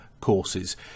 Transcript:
courses